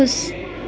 खुश